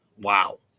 Wow